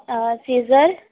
اور سیزر